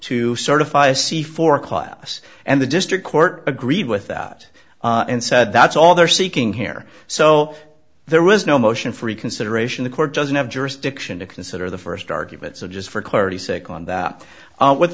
to certify a c four class and the district court agreed with that and said that's all they're seeking here so there was no motion for reconsideration the court doesn't have jurisdiction to consider the st argument so just for clarity sic on that with